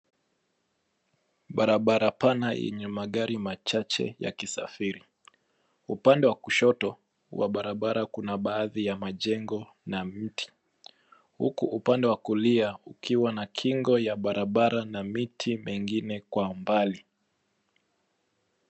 Barabara pana yenye magari machache yakisafiri. Upande wa kushoto wa barabara kuna baadhi ya majengo na mti. Huku upande wa kulia ukiwa na kingo ya barabara na miti mengine kwa mbali.